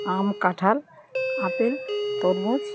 আম কাঁঠাল আপেল তরমুজ